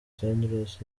tedros